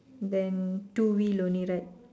then two wheel only right